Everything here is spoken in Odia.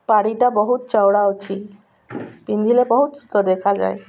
ପାଡ଼ିଟା ବହୁତ ଚଉଡ଼ା ଅଛି ପିନ୍ଧିଲେ ବହୁତ ଦେଖାଯାଏ